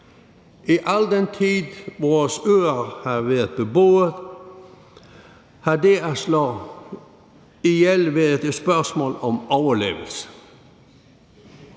I al den tid vores øer har været beboet, har det at slå ihjel været et spørgsmål om overlevelse.